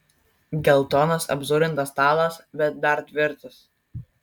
geltonas apzulintas stalas bet dar tvirtas